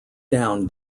down